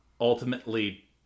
ultimately